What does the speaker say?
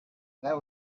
that